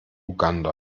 uganda